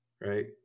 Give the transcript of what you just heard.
right